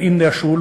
מטיל בכם הטרור,